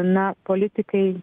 na politikai